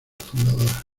fundadora